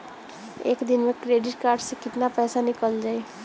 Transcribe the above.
एक दिन मे क्रेडिट कार्ड से कितना पैसा निकल जाई?